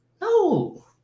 no